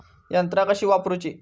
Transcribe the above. यंत्रा कशी वापरूची?